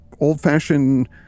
old-fashioned